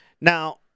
Now